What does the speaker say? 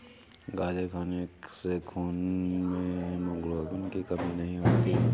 गाजर खाने से खून में हीमोग्लोबिन की कमी नहीं होती